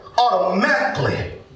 automatically